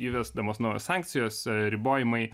įvesdamos naujos sankcijos ribojimai